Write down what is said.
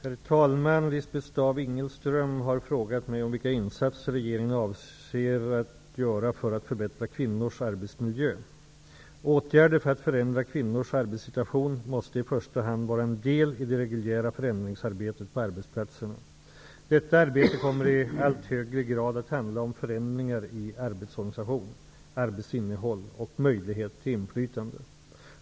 Herr talman! Lisbeth Staaf-Igelström har frågat mig vilka insatser regeringen avser att göra för att förbättra kvinnors arbetsmiljö. Åtgärder för att förändra kvinnors arbetssituation måste i första hand vara en del i det reguljära förändringsarbetet på arbetsplatserna. Detta arbete kommer i allt högre grad att handla om förändringar i arbetsorganisation, arbetsinnehåll och möjlighet till inflytande.